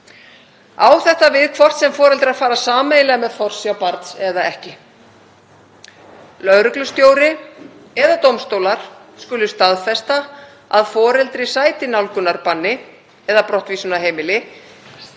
Á þetta við hvort sem foreldrar fara sameiginlega með forsjá barnsins eða ekki. Lögreglustjóri eða dómstólar skulu staðfesta að foreldri sæti nálgunarbanni eða brottvísun af heimili. Við